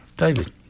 David